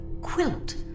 quilt